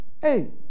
hey